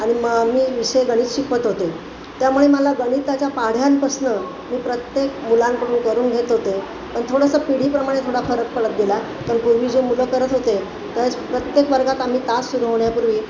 आणि मग मी विषय गणित शिकवत होते त्यामुळे मला गणिताच्या पाढ्यांपासून मी प्रत्येक मुलांकडून करून घेत होते पण थोडंसं पिढीप्रमाणे थोडा फरक पडत गेला कारण पूर्वी जे मुलं करत होते तेच प्रत्येक वर्गात आम्ही तास सुरू होण्यापूर्वी